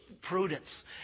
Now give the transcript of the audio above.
prudence